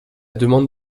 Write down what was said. demande